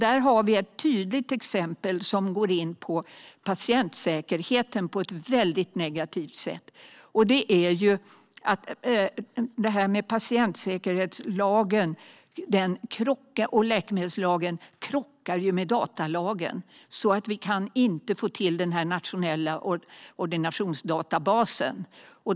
Det finns ett tydligt exempel som påverkar patientsäkerheten på ett väldigt negativt sätt, och det är att patientsäkerhetslagen och läkemedelslagen krockar med datalagen så att vi inte kan få till en nationell ordinationsdatabas.